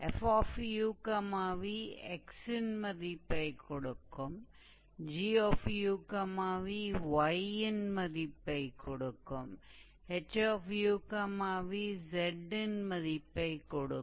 𝑓𝑢𝑣 x இன் மதிப்பைக் கொடுக்கும் 𝑔𝑢𝑣 y இன் மதிப்பைக் கொடுக்கும் ℎ𝑢𝑣 z இன் மதிப்பைக் கொடுக்கும்